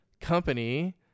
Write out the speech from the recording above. company